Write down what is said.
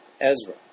Ezra